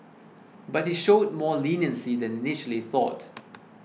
but he showed more leniency than initially thought